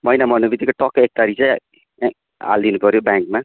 महिना मर्नेबित्तिकै टक्कै एक तारिक चाहिँ अँ हालिदिनु पऱ्यो ब्याङ्कमा